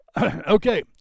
Okay